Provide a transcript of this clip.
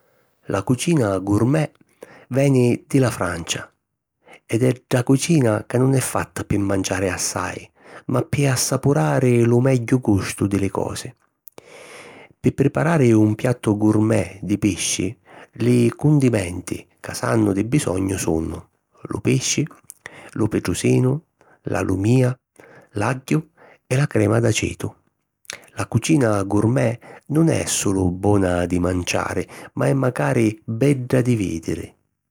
La cucina Gourmet veni di la Francia, ed è dda cucina ca nun è fatta pi manciari assai ma pi assapurari lu megghiu gustu di li cosi. Pi priparari un piattu Gourmet di pisci, li cundimenti ca s'hannu di bisognu sunnu: lu pisci, lu pitrusinu, la lumìa, l’agghiu e la crema d'acìtu. La cucina Gourmet nun è sulu bona di manciari ma è macari bedda di vidiri.